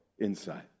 insight